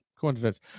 coincidence